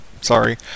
sorry